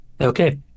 Okay